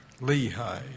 Lehi